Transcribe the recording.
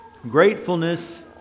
Gratefulness